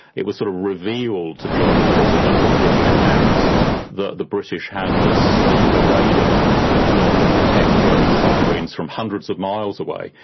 it was sort of revealed to german prisoners in british camps that the british had this super radar that could detect german submarines from hundreds of miles away,